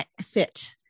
fit